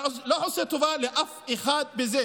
אתה לא עושה טובה לאף אחד בכך,